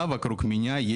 חירום.